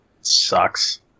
sucks